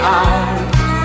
eyes